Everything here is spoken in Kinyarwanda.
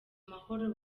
mahoro